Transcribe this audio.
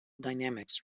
dynamics